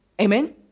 Amen